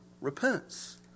repents